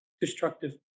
destructive